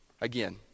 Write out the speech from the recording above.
Again